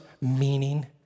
meaning